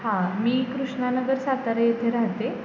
हां मी कृष्णानगर सातारा येथे राहते